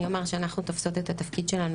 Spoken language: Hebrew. אני אומר שאנחנו תופסות את התפקיד שלנו